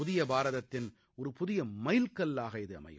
புதிய பாரதத்தின் ஒரு புதிய மைல்கல்லாக இது அமையும்